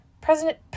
president